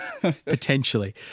potentially